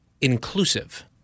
inclusive